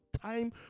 time